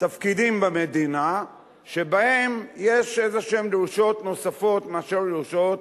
תפקידים במדינה שבהם יש איזשהן דרישות נוספות על הדרישות